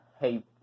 hey